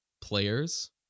players